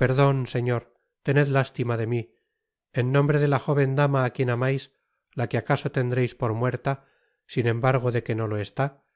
perdon señor tened lástima de mi en nombre de la jóven dama á quien amais la que acaso tendreis por muerta sin embargo de que no lo está